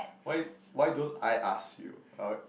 why why don't I ask you